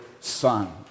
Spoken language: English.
Son